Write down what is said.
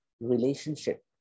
relationship